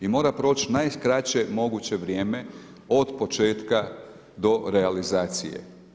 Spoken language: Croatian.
I mora proći najkraće moguće vrijeme od početka do realizacije.